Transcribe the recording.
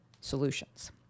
solutions